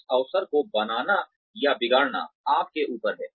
इस अवसर को बनाना या बिगाड़ना आपके ऊपर है